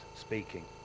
speaking